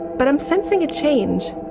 but i'm sensing a change.